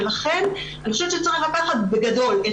אני הייתי פרקליטה תשע שנים בפרקליטות.